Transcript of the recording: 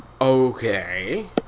Okay